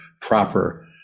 proper